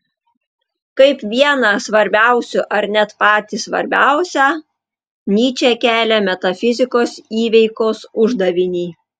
kaip vieną svarbiausių ar net patį svarbiausią nyčė kelia metafizikos įveikos uždavinį